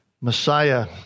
Messiah